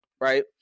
right